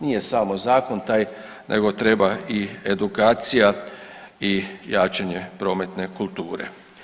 Nije samo zakon taj, nego treba i edukacija i jačanje prometne kulture.